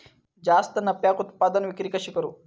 जास्त नफ्याक उत्पादन विक्री कशी करू?